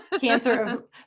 Cancer